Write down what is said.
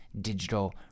digital